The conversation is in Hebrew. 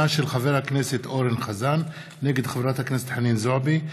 של חבר הכנסת אורן חזן נגד חברת הכנסת חנין זועבי,